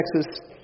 Texas